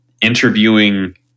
interviewing